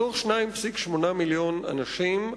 מתוך 2.8 מיליוני אנשים,